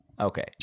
Okay